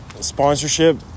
sponsorship